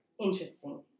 Interesting